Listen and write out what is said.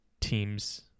teams